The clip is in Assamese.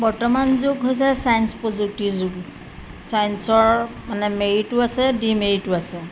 বৰ্তমান যুগ হৈছে চাইন্স প্ৰযুক্তিৰ যুগ ছাইন্সৰ মানে মেৰিটো আছে ডি মেৰিটো আছে